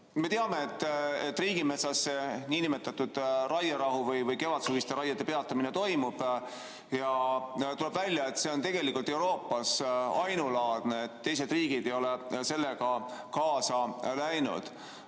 Me teame, et riigimetsas see nn raierahu või kevadsuviste raiete peatamine toimub. Tuleb välja, et see on tegelikult Euroopas ainulaadne, teised riigid ei ole sellega kaasa läinud.